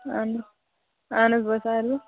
آ اہَن حَظ بہٕ